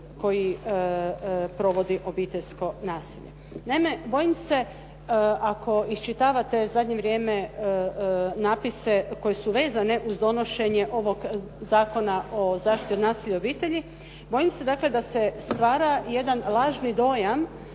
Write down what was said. koji provodi obiteljsko nasilje. Naime, bojim se ako iščitavate u zadnje vrijeme napise koji su vezani uz donošenje ovog Zakona o zaštiti od nasilja u obitelji, bojim se dakle da se stvara jedan lažni dojam